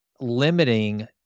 limiting